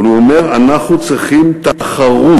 אבל הוא אומר: אנחנו צריכים תחרות,